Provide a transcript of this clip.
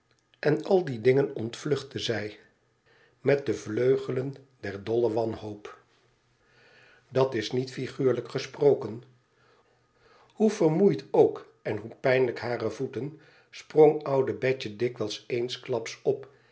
en al die dingen ontvluchtte zij met de vleugelen der dolle wanhoop is niet figuurlijk gesproken hoe vermoeid ook en hoe pijnlijk hare voeten sprong oude betje dikwijls eensklaps op